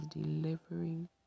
delivering